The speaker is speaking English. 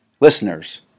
listeners